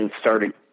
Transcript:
started